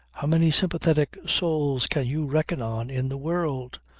how many sympathetic souls can you reckon on in the world?